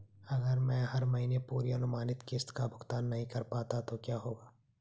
अगर मैं हर महीने पूरी अनुमानित किश्त का भुगतान नहीं कर पाता तो क्या होगा?